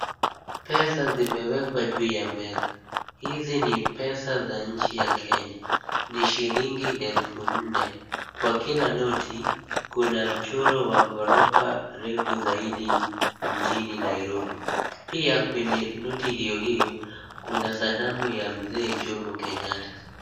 Pesa zimewekwa juu ya meza. Hizi ni pesa za nchi ya Kenya, ni shilingi elfu nne. Kwa kila noti, kuna mchoro wa ghorofa refu zaidi mjini Nairobi. Pia kwenye noti hiyo hiyo kuna sanamu ya mzee Jomo Kenyatta.